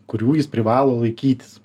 kurių jis privalo laikytis